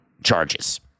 charges